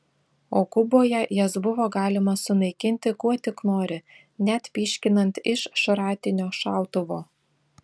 o kuboje jas buvo galima sunaikinti kuo tik nori net pyškinant iš šratinio šautuvo